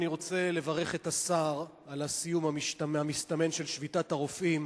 אני רוצה לברך את השר על הסיום המסתמן של שביתת הרופאים.